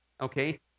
Okay